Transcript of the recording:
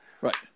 Right